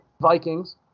Vikings